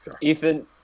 Ethan